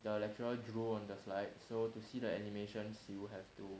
the lecturer drew on the slide so to see the animations you have to